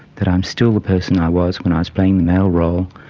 that i'm still the person i was when i was playing the male role,